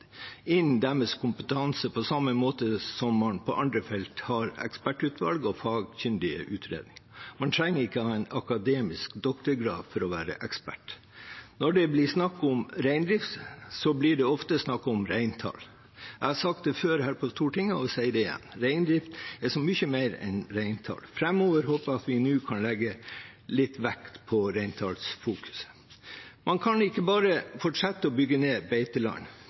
fagkyndige utredninger. Man trenger ikke ha en akademisk doktorgrad for å være ekspert. Når det blir snakk om reindrift, blir det ofte snakk om reintall. Jeg har sagt det før her på Stortinget, og jeg sier det igjen: Reindrift er så mye mer enn reintall. Framover håper jeg at vi nå kan legge vekk reintallfokuset litt. Man kan ikke bare fortsette med å bygge ned